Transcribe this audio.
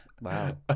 wow